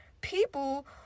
people